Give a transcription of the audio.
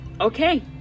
Okay